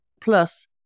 Plus